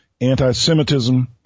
anti-Semitism